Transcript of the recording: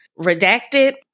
redacted